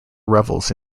revels